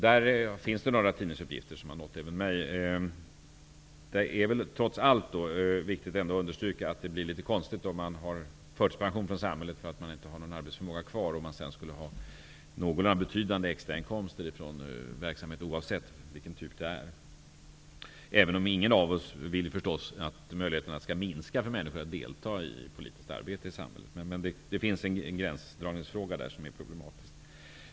Det finns några tidningsuppgifter i det sammanhanget som nått även mig. Trots allt är det viktigt att understryka att det blir litet konstigt om en person har förtidspension från samhället därför att vederbörande inte har någon arbetsförmåga längre och dessutom har några betydande extrainkomster från en verksamhet, oavsett vilken typ av verksamhet det är fråga om. Naturligtvis vill ingen av oss att människors möjligheter att delta i politiskt arbete i samhället skall minska. Men det finns en problematisk gränsdragning i det avseendet.